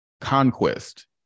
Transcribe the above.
conquest